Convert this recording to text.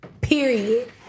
Period